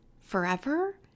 Forever